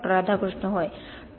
राधाकृष्ण होय डॉ